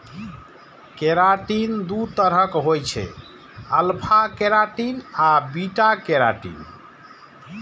keratin दू तरहक होइ छै, अल्फा केराटिन आ बीटा केराटिन